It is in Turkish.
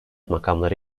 makamları